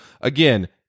again